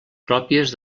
pròpies